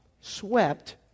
swept